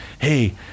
hey